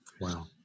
Wow